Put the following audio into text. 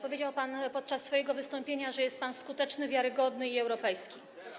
Powiedział pan podczas swojego wystąpienia, że jest pan skuteczny, wiarygodny i europejski.